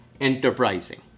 enterprising